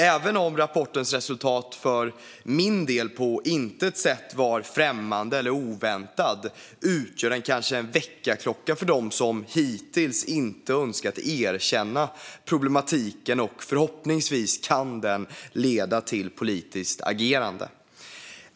Även om rapportens resultat för min del på intet sätt var främmande eller oväntat utgör det kanske en väckarklocka för dem som hittills inte önskat erkänna problematiken, och förhoppningsvis kan den leda till politiskt agerande.